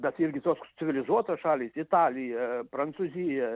bet irgi toks civilizuotos šalys italija prancūzija